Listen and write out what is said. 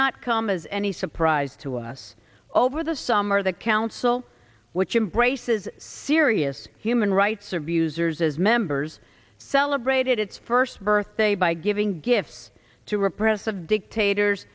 not come as any surprise to us over the summer the council which embraces serious human rights abusers as members celebrated its first birthday by giving gifts to repress of dictators